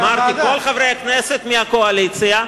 אמרתי: כל חברי הכנסת מהקואליציה.